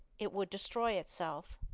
it would destroy itself.